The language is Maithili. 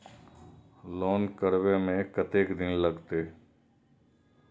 लोन करबे में कतेक दिन लागते?